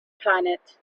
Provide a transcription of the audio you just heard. planet